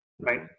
right